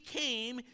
came